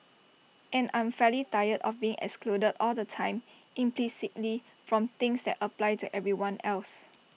and I'm fairly tired of being excluded all the time implicitly from things that apply to everyone else